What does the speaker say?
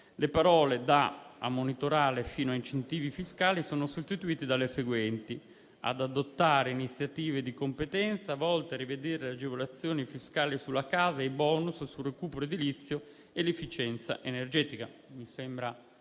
le parole da «a monitorare» fino a «incentivi fiscali» sono sostituite dalle seguenti: «ad adottare iniziative di competenza volte a rivedere le agevolazioni fiscali sulla casa e i *bonus* sul recupero edilizio e l'efficienza energetica».